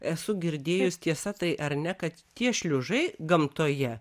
esu girdėjus tiesa tai ar ne kad tie šliužai gamtoje